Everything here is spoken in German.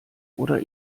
oder